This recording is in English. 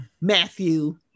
Matthew